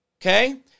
okay